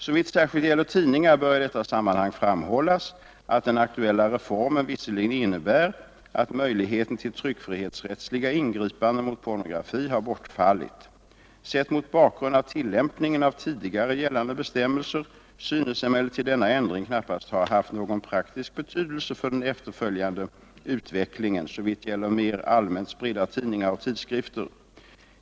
Såvitt särskilt gäller tidningar bör i detta sammanhang framhållas, att den aktuella reformen visserligen innebär att möjligheten till tryckfrihetsrättsliga ingripanden mot pornografi har bortfallit: Sett mot bakgrund av tillämpningen av tidigare gällande bestämmelser synes emellertid denna ändring knappast ha haft någon praktisk betydelse för den efterföljande utvecklingen såvitt gäller mer allmänt spridda tidningar och tidskrifter.